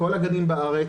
לכל הגנים בארץ,